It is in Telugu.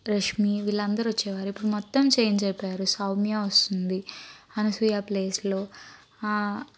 రేష్మి వీళ్ళందరూ వచ్చేవారు ఇప్పుడు మొత్తం చేంజ్ అయిపోయారు సౌమ్య వస్తుంది అనసూయ ప్లేస్లో